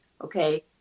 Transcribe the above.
okay